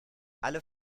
alle